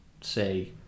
say